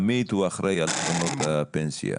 עמית הוא האחראי על קרנות הפנסיה,